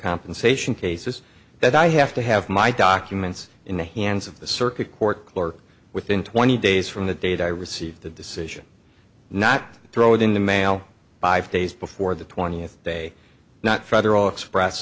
compensation cases that i have to have my documents in the hands of the circuit court clerk within twenty days from the date i received the decision not to throw it in the mail five days before the twentieth day not federal express